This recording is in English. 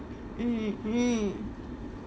mm mm